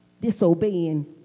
disobeying